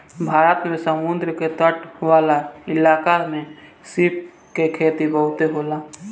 भारत में समुंद्र के तट वाला इलाका में सीप के खेती बहुते होला